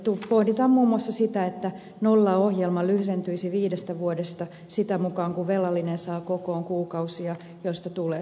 pohditaan muun muassa sitä että nollaohjelma lyhentyisi viidestä vuodesta sitä mukaa kuin velallinen saa kokoon kuukausia joista tulee suorituksia